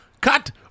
Cut